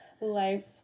life